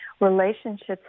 Relationships